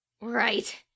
Right